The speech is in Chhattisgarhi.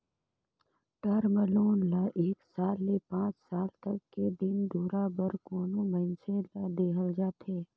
टर्म लोन ल एक साल ले पांच साल तक के दिन दुरा बर कोनो मइनसे ल देहल जाथे